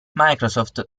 microsoft